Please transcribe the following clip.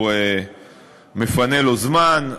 הוא מפנה לו זמן,